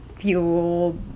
fuel